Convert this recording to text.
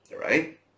right